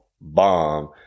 bomb